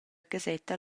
gasetta